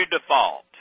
default